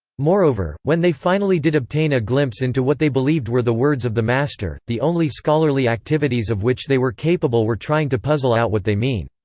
moreover, when they finally did obtain a glimpse into what they believed were the words of the master, the only scholarly activities of which they were capable were trying to puzzle out what they mean.